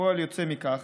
כפועל יוצא מכך,